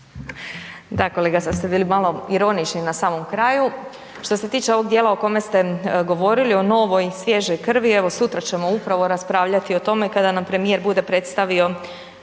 Da kolega sad ste bili malo ironični na samom kraju. Što se tiče ovog dijela o kome ste govorilo o novoj svježoj krvi, evo sutra ćemo upravo raspravljati o tome kada nam premijer bude predstavio